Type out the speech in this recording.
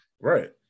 right